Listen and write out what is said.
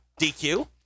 DQ